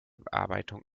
bearbeitung